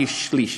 כשליש,